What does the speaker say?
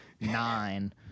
nine